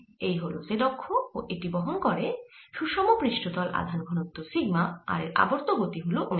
এই হল z অক্ষ ও এটি বহন করে সুষম পৃষ্ঠতল আধান ঘনত্ব সিগমা আর এর আবর্ত গতি হল ওমেগা